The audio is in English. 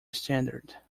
standard